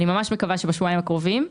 אני מקווה שבשבועיים הקרובים.